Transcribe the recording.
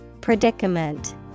Predicament